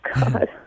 God